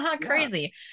Crazy